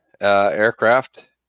aircraft